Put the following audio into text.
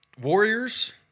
Warriors